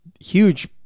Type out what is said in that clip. huge